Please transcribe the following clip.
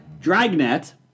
Dragnet